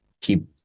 keep